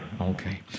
Okay